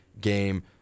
game